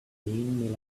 been